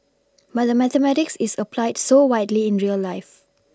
but mathematics is applied so widely in real life